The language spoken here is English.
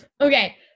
okay